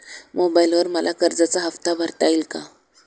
मोबाइलवर मला कर्जाचा हफ्ता भरता येईल का?